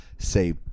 Say